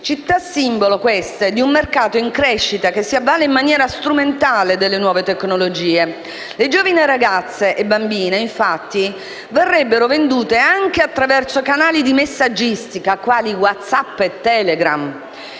Città simbolo, queste, di un mercato in crescita, che si avvale in maniera strumentale delle nuove tecnologie. Le giovani ragazze e bambine, infatti, verrebbero vendute anche attraverso canali di messaggistica quali "WhatsApp" e "Telegram".